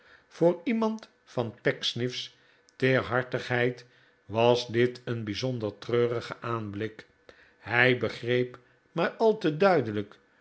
voor iemand van pecksniff's teerhartigheid was dit een bijzonder treurige aanblik hij begreep maar al te duidelijk